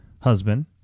husband